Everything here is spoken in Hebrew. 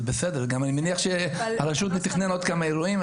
גם אני מניח שהרשות תתכנן עוד כמה אירועים.